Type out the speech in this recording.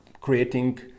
creating